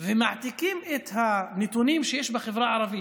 ומעתיקים את הנתונים שיש בחברה הערבית,